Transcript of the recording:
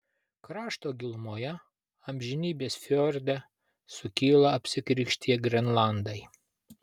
krašto gilumoje amžinybės fjorde sukyla apsikrikštiję grenlandai